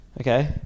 okay